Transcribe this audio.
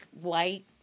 white